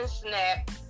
snap